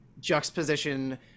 juxtaposition